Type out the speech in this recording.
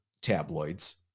tabloids